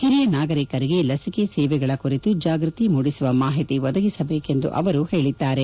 ಹಿರಿಯ ನಾಗರಿಕರಿಗೆ ಲಸಿಕೆ ಸೇವೆಗಳ ಕುರಿತು ಜಾಗ್ಸತಿ ಮೂಡಿಸುವ ಮಾಹಿತಿ ಒದಗಿಸಬೇಕೆಂದು ಅವರು ಹೇಳಿದ್ದಾರೆ